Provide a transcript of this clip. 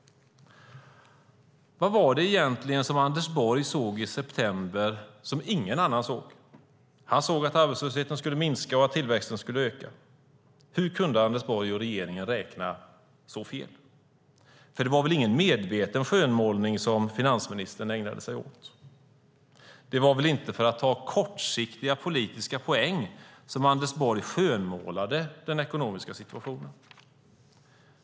Vad var det egentligen som Anders Borg såg i september som ingen annan såg? Han såg att arbetslösheten skulle minska och att tillväxten skulle öka. Hur kunde Anders Borg och regeringen räkna så fel? Det var väl ingen medveten skönmålning som finansministern ägnade sig åt? Det var väl inte för att ta kortsiktiga politiska poäng som Anders Borg skönmålade den ekonomiska situationen?